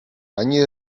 ani